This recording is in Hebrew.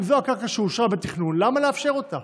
אם זו הקרקע שאושרה בתכנון, למה לאפשר אותה?